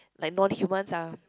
like non humans ah